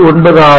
7